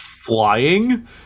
Flying